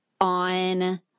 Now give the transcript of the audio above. on